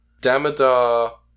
Damodar